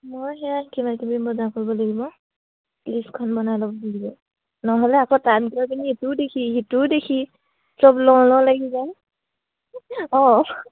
মই সেয়া কিবা কিবি বজাৰ কৰিব লাগিব লিষ্টখন বনাই ল'ব লাগিব নহ'লে আকৌ